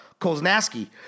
Koznaski